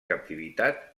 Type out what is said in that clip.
captivitat